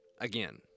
Again